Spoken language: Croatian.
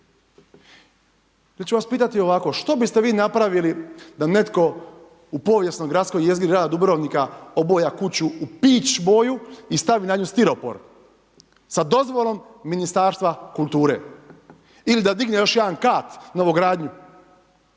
već ću vas pitati ovako. Što biste vi napravili da netko u povijesnoj gradskoj jezgri grada Dubrovnika oboja kuću u peach boju i stavi na nju stiropor sa dozvolom Ministarstva kulture? Ili da digne još jedan kat novogradnju?